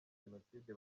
jenoside